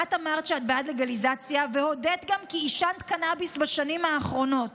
את אמרת שאת בעד לגליזציה והודית גם כי עישנת קנביס בשנים האחרונות,